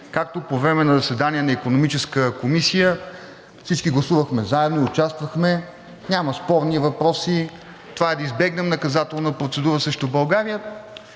както по време на заседанието на Икономическата комисия всички гласувахме заедно и участвахме – няма спорни въпроси, това е да избегнем наказателна процедура срещу България.